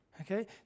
Okay